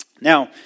Now